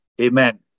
Amen